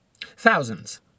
Thousands